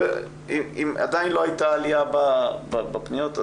אם עדיין לא הייתה עלייה בפניות,